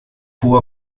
hohe